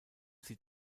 sie